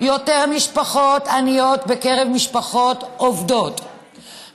יותר משפחות עניות בקרב משפחות עובדות,